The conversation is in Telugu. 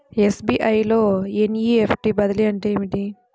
ఎస్.బీ.ఐ లో ఎన్.ఈ.ఎఫ్.టీ బదిలీ అంటే ఏమిటి?